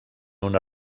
una